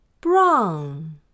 brown